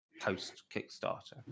post-Kickstarter